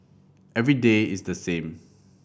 every day is the same